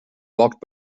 walked